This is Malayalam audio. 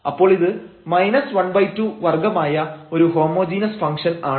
അപ്പോൾ ഇത് ½ വർഗ്ഗമായ ഒരു ഹോമോജീനസ് ഫംഗ്ഷൻ ആണ്